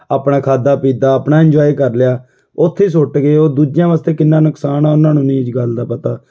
ਆਪਣਾ ਖਾਧਾ ਪੀਤਾ ਆਪਣਾ ਇੰਜੋਏ ਕਰ ਲਿਆ ਉੱਥੇ ਸੁੱਟ ਗਏ ਉਹ ਦੂਜਿਆਂ ਵਾਸਤੇ ਕਿੰਨਾ ਨੁਕਸਾਨ ਆ ਉਹਨਾਂ ਨੂੰ ਨਹੀਂ ਇਸ ਗੱਲ ਦਾ ਪਤਾ